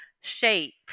shape